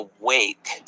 awake